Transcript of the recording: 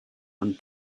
and